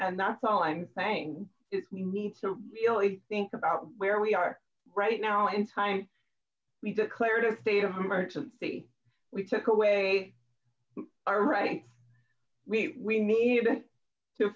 and that's all i'm saying is we need to really think about where we are right now in time we declared a state of emergency we took away all right we we need to